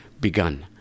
begun